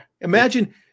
Imagine